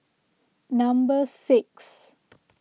number six